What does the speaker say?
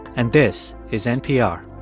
and this is npr